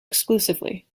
exclusively